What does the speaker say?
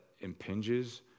impinges